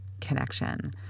connection